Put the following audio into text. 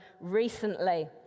recently